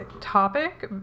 topic